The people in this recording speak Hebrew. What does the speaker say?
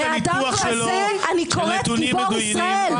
הניתוח שלו -- לאדם כזה אני קוראת "גיבור ישראל",